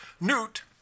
Newt